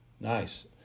Nice